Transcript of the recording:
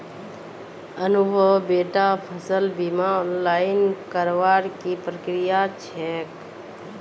अनुभव बेटा फसल बीमा ऑनलाइन करवार की प्रक्रिया छेक